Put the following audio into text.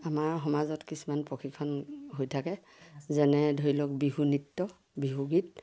আমাৰ সমাজত কিছুমান প্ৰশিক্ষণ হৈ থাকে যেনে ধৰি লওক বিহুনৃত্য বিহুগীত